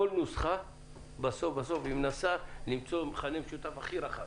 כל נוסחה בסוף מנסה למצוא מכנה משותף הכי רחב.